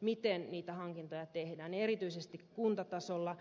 miten hankintoja tehdään erityisesti kuntatasolla